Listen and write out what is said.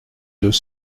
deux